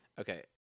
Okay